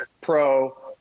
pro